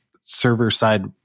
server-side